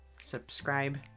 Subscribe